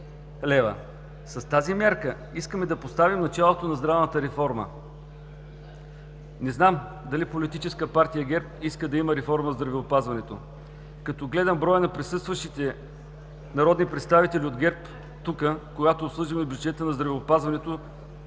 лв. С тази мярка искаме да поставим началото на здравната реформа. Не знам дали Политическа партия ГЕРБ иска да има реформа в здравеопазването? Като гледам броя на присъстващите народни представители от ГЕРБ тук, когато обсъждаме бюджета на здравеопазването,